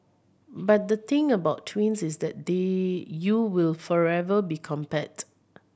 but the thing about twins is that they you will forever be compared